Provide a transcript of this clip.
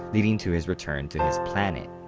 leading to his return to his planet.